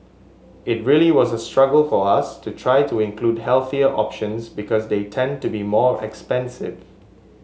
it really was a struggle for us to try to include healthier options because they tend to be more expensive